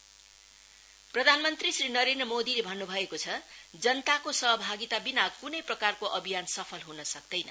मन की बात प्रधान मन्त्री श्री नरेन्द्र मोदीले भन्नु भएको छ जनताको सहभागीताबिना कुनै प्रकारको अभियान सफल हुन सक्दैन